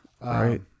Right